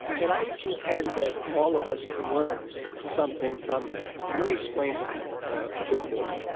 and i would contend that all of us can learn something from that. and let me explain that a bit more.